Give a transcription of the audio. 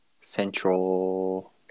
Central